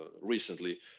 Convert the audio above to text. recently